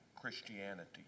Christianity